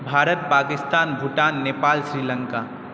Bharat Pakistan Bhutan Nepal Sri Lanka